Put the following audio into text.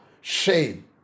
shame